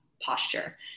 posture